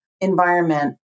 environment